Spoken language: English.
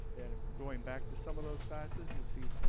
and going back to some of those classes you'll see,